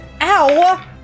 Ow